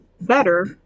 better